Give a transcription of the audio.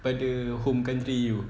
pada home country you